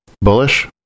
Bullish